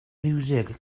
fiwsig